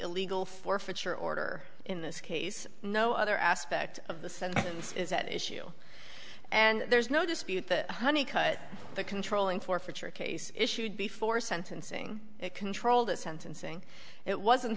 illegal forfeiture order in this case no other aspect of the sentence is at issue and there's no dispute that honey cut the controlling forfeiture case issued before sentencing it controlled the sentencing it wasn't